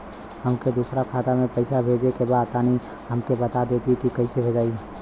हमके दूसरा खाता में पैसा भेजे के बा तनि हमके बता देती की कइसे भेजाई?